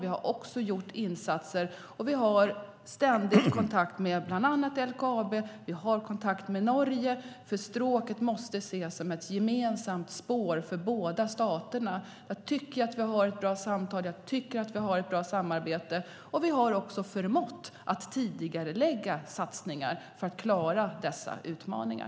Vi har också gjort insatser, och vi har ständigt kontakt med bland annat LKAB och Norge, för stråket måste ses som ett gemensamt spår för båda staterna. Jag tycker att vi har ett bra samtal och ett bra samarbete. Vi har också förmått tidigarelägga satsningar för att klara dessa utmaningar.